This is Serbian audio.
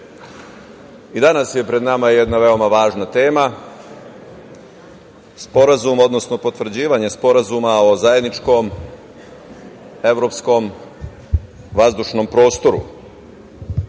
danas je pred nama jedna veoma važna tema, sporazum, odnosno potvrđivanje sporazuma o zajedničkom evropskom vazdušnom prostoru. Naizgled